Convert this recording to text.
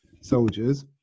soldiers